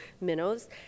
minnows